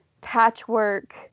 patchwork